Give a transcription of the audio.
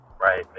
right